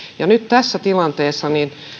nyt tässä tilanteessa